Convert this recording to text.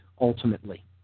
ultimately